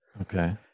Okay